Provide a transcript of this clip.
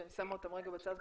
שאני שמה אותם רגע בצד,